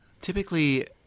Typically